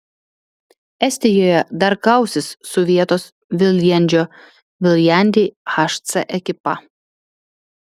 estijoje dar kausis su vietos viljandžio viljandi hc ekipa